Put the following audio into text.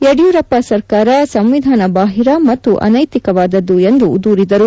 ಯಡಿಯೂರಪ್ಪ ಸರ್ಕಾರ ಸಂವಿಧಾನಬಾಹಿರ ಮತ್ತು ಅನೈತಿಕವಾದದ್ದು ಎಂದು ದೂರಿದರು